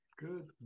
Good